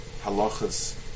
halachas